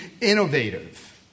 innovative